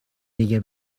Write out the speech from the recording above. دیگه